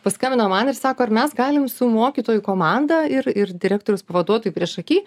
paskambino man ir sako ar mes galim su mokytojų komanda ir ir direktoriaus pavaduotojai priešaky